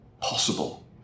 possible